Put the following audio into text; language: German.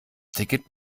ticket